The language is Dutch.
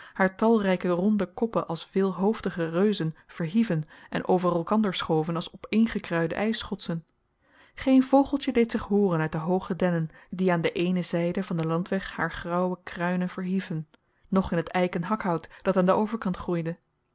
haar talrijke ronde koppen als veelhoofdige reuzen verhieven en over elkander schoven als opeengekruide ijsschotsen geen vogeltje deed zich hooren uit de hooge dennen die aan de eene zijde van den landweg haar graauwe kruinen verhieven noch in het eiken hakhout dat aan den overkant groeide